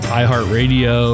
iHeartRadio